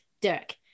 Dirk